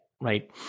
right